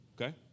Okay